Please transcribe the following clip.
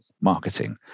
marketing